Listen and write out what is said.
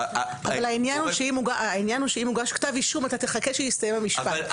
העניין הוא שאם הוגש כתב אישום אתה תחכה שיסתיים המשפט,